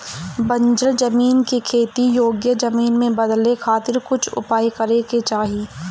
बंजर जमीन के खेती योग्य जमीन में बदले खातिर कुछ उपाय करे के चाही